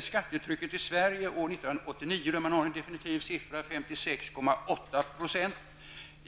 Skattetrycket i Sverige var år 1989, för vilket man har en definitiv siffra, 56,8 %.